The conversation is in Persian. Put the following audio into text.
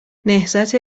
نهضت